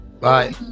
Bye